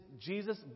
Jesus